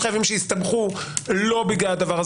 יש חייבים שהסתבכו לא בגלל זה.